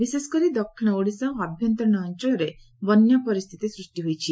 ବିଶେଷ କରି ଦକ୍ଷିଣ ଓଡ଼ିଶା ଓ ଆଭ୍ୟନ୍ତରୀଣ ଅଞ୍ଞଳରେ ବନ୍ୟା ପରିସ୍ଚିତି ସୂଷ୍ଟି ହୋଇଛି